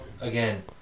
again